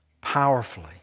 powerfully